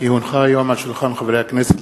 כי הונחה היום על שולחן הכנסת,